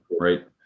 right